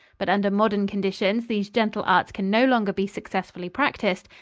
but under modern conditions these gentle arts can no longer be successfully practiced,